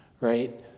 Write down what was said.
right